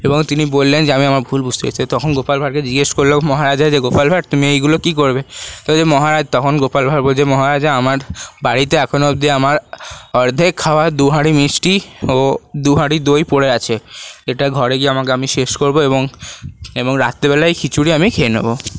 এবং তিনি বললেন যে আমি আমার ভুল বুঝতে পেরেছি তখন গোপাল ভাঁড়কে জিগেসা করলো মহারাজা যে গোপাল ভাঁড় তুমি এইগুলো কী করবে তো মহারাজ তখন গোপাল ভাঁড় বলছে মহারাজা আমার বাড়িতে এখনও অব্দি আমার অর্ধেক খাওয়া দু হাঁড়ি মিষ্টি ও দু হাঁড়ি দই পরে আছে এটা ঘরে গিয়ে আমাকে আমি শেষ করবো এবং এবং রাত্রিবেলায় এই খিচুড়ি আমি খেয়ে নেবো